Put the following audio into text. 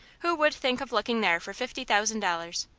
who would think of looking there for fifty thousand dollars?